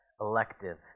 elective